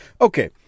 okay